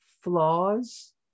flaws